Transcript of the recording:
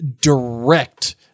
direct